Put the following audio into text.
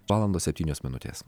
valandos septynios minutės